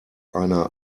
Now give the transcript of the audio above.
einer